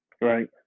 right